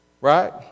Right